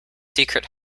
secret